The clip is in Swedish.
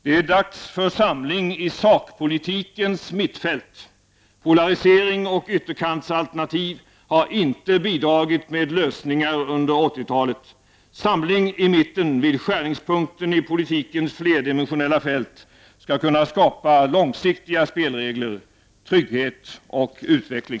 Det är dags för samling i sakpolitikens mittfält. Polarisering och ytterkantsalternativ har under 80-talet inte bidragit med lösningar. Samling i mitten, vid skärningspunkten i politikens flerdimensionella fält, skulle kunna skapa långsiktiga spelregler, trygghet och utveckling!